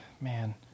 man